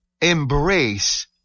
Embrace